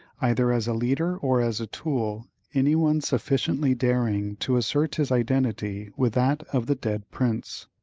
either as a leader or as a tool, any one sufficiently daring to assert his identity with that of the dead prince.